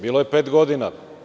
Bilo je pet godina.